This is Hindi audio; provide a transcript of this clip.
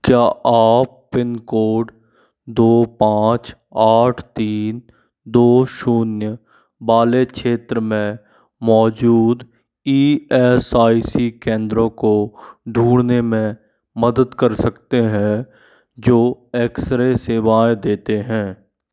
क्या आप पिन कोड दो पाँच आठ तीन दो शून्य वाले क्षेत्र में मौजूद ई एस आई सी केंद्रों को ढूँढने में मदद कर सकते हैं जो एक्स रे सेवाएँ देते हैं